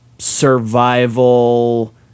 survival